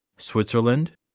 Switzerland